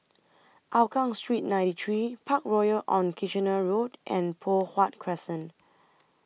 Hougang Street ninety three Parkroyal on Kitchener Road and Poh Huat Crescent